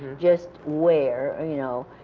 just where, you know,